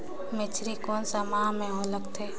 मेझरी कोन सा माह मां लगथे